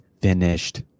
finished